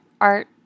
art